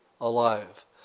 alive